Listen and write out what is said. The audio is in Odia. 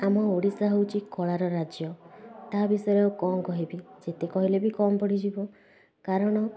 ଆମ ଓଡ଼ିଶା ହେଉଛି କଳାର ରାଜ୍ୟ ତା ବିଷୟରେ ଆଉ କ'ଣ କହିବି ଯେତେ କହିଲେ ବି କମ୍ ପଡ଼ିଯିବ କାରଣ